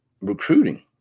recruiting